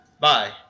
Bye